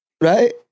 Right